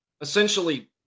essentially